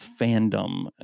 fandom